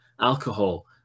alcohol